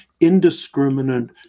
indiscriminate